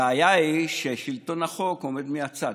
הבעיה היא ששלטון החוק עומד מהצד.